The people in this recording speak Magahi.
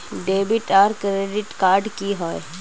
डेबिट आर क्रेडिट कार्ड की होय?